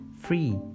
Free